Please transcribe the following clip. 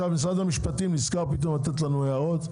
עכשיו משרד המשפטים נזכר פתאום לתת לנו הערות,